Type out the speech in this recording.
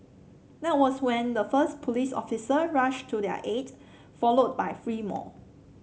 that was when the first police officer rushed to their aid followed by three more